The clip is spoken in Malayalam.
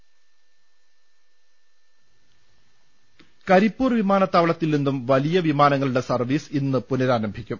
്്്്്് കരിപ്പൂർ വിമാനത്താവളിത്തിൽ നിന്നും വലിയ വിമാനങ്ങളുടെ സർവീസ് ഇന്ന് പുനരാംരംഭിക്കും